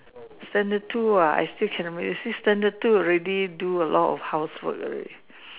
standard two ah I still can remember you see standard to already do a lot of housework already